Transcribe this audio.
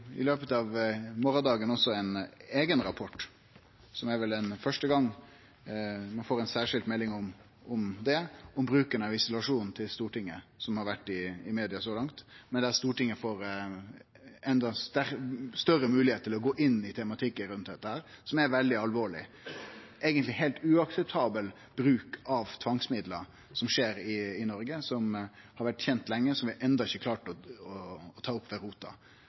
ein eigen rapport, som vel er første gang ein får ei særskilt melding til Stortinget om bruken av isolasjon – som har vore i media så langt – men der Stortinget får ein enda større moglegheit til å gå inn i tematikken rundt dette, som er veldig alvorleg. Eigentleg er det ein heilt uakseptabel bruk av tvangsmidlar som skjer i Noreg, og som har vore kjent lenge, og som vi enno ikkje har klart å ta ved rota,